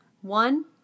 One